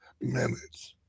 minutes